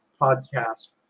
podcast